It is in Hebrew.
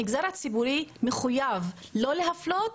המגזר הציבורי מחוייב לא להפלות,